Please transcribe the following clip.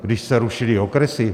Když se rušily okresy.